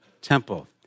temple